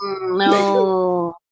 No